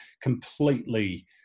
completely